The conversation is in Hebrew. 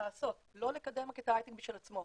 לעשות, לא לקדם את ההייטק בשביל עצמו.